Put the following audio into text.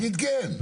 תגיד כן.